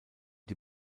die